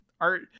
art